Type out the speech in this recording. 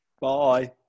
Bye